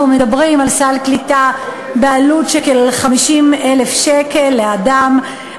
אנחנו מדברים על סל קליטה בעלות של כ-50,000 שקלים לאדם,